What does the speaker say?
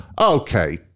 okay